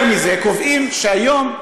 יותר מזה, קובעים שהיום,